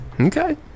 Okay